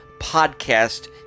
podcast